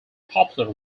popular